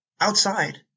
outside